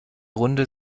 runde